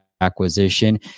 acquisition